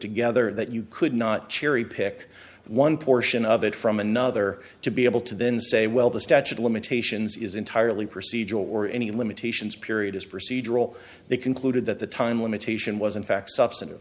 together that you could not cherry pick one portion of it from another to be able to then say well the statute of limitations is entirely procedural or any limitations period is procedural they concluded that the time limitation was in fact substantive